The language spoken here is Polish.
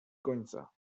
końca